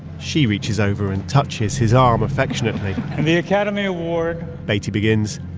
she reaches over and touches his arm affectionately and the academy award. beatty begins.